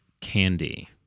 Candy